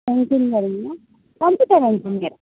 ઍન્જીનિયરિંગમાં computer engineer